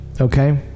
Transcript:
Okay